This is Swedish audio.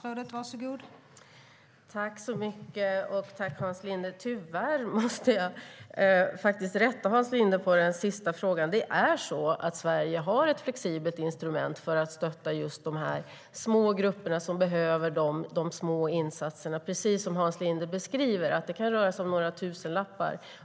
Fru talman! Tyvärr måste jag rätta Hans Linde när det gäller den sista frågan. Sverige har ett flexibelt instrument för att stötta just dessa små grupper som behöver de små insatserna. Precis som Hans Linde beskriver kan det röra sig om några tusenlappar.